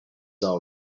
all